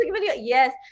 Yes